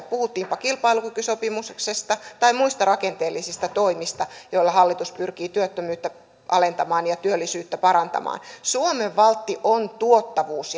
puhuttiinpa kilpailukykysopimuksesta tai muista rakenteellisista toimista joilla hallitus pyrkii työttömyyttä alentamaan ja työllisyyttä parantamaan suomen valtti on tuottavuus